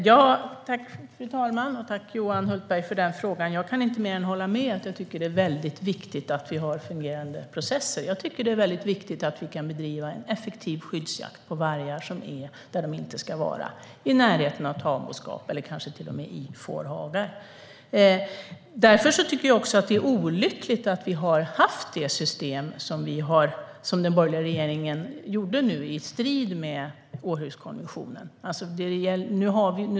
Fru talman! Tack, Johan Hultberg, för den frågan! Jag kan inte mer än att hålla med om att det är väldigt viktigt att vi har fungerande processer. Det är väldigt viktigt att vi kan bedriva en effektiv skyddsjakt på vargar som är där de inte ska vara i närheten av tamboskap eller kanske till och med i fårhagar. Därför är det också olyckligt att vi har haft det system som den borgerliga regeringen införde i strid med Århuskonventionen.